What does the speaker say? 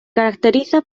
caracteriza